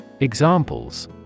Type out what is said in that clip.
Examples